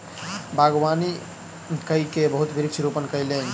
बागवानी कय के बहुत वृक्ष रोपण कयलैन